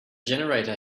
generator